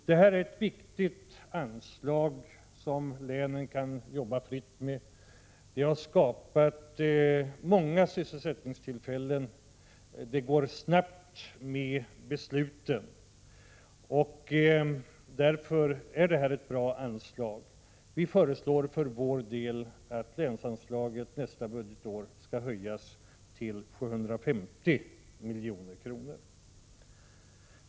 Det här är ett viktigt anslag, som länen kan jobba fritt med. Det har skapat många sysselsättningstillfällen. Det går snabbt med besluten. Därför är det här ett bra anslag. Vi föreslår att länsanslaget nästa budgetår skall höjas till 750 miljoner.